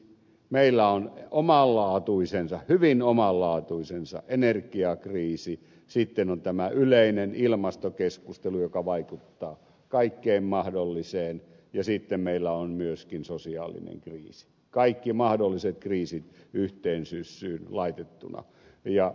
meillä on omanlaatuisensa hyvin omanlaatuisensa energiakriisi sitten on yleinen ilmastokeskustelu joka vaikuttaa kaikkeen mahdolliseen ja sitten meillä on myöskin sosiaalinen kriisi kaikki mahdolliset kriisit yhteen syssyyn laitettuina